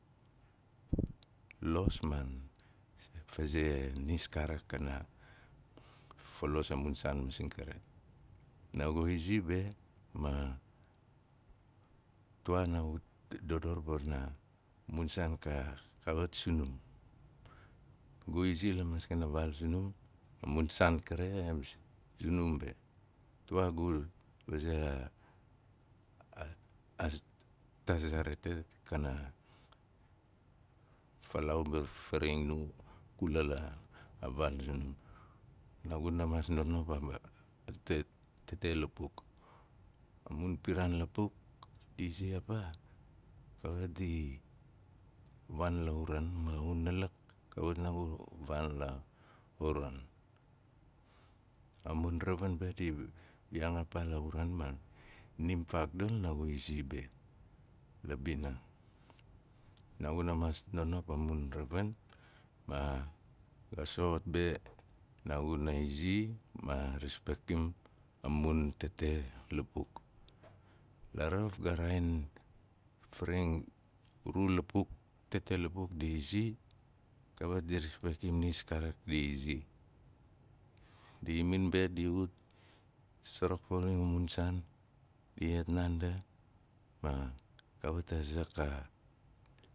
Lo ma f- fazer nis kaarak kana los a mun saan masing kari naagu izi be ma tuwa nagu dodor wana mun saan kawak sunum. Ga izi la maskana vaal zunum, a mun saan kare em sunum be, tuwaa gu vazei a- a- az- ta za rate kana falaau ba- faring nu kula la- a vaal zunum. Naguna maas nonop a ma wa amun tate tate lapuk. A mun piraan lapuk di izi a paa kawat di a waanda uron ma unalak kawit naagu vaan la uran. A mun ravin be di w- wiyaang a paa la uran ma num faagdal naagu izi be, la bina. Naaguna maas nonop a mun ravin ma ga soxot be naaguna izi maas pek tim a mun tete lapuk. Laraf ga raain faring a ru lapuk tete lapuk di izi kawit di pe kamnis kaarak di izi. Di mam be di wut, sarak farauxang be a mun saan, di iyat naandi ma kawit a zak ka.